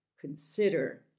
consider